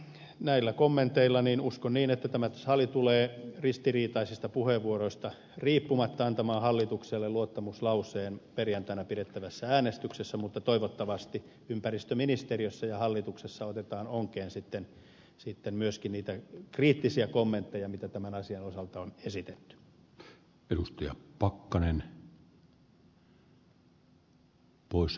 näillä kommenteilla uskon niin että tämä sali tulee ristiriitaisista puheenvuoroista riippumatta antamaan hallitukselle luottamuslauseen perjantaina pidettävässä äänestyksessä mutta toivottavasti ympäristöministeriössä ja hallituksessa otetaan sitten onkeen myöskin niitä kriittisiä kommentteja mitä tämän asian osalta on esitetty